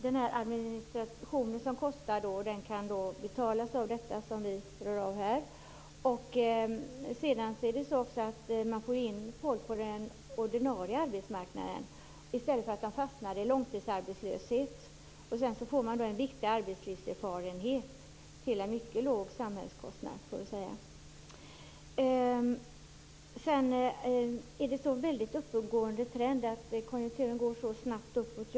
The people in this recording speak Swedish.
Den administration som kostar kan betalas av det som vi drar av. Man får också in folk på den ordinarie arbetsmarknaden i stället för att de fastnar i långtidsarbetslöshet. Dessutom får de en viktig arbetslivserfarenhet till en mycket låg samhällskostnad, får man säga. Är det verkligen en sådan uppåtgående trend att konjunkturen går så snabbt uppåt?